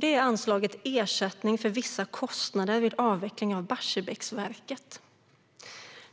Det är anslaget Ersättning för vissa kostnader vid avveckling av Barsebäcksverket .